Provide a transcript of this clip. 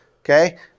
okay